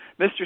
Mr